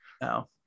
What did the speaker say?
No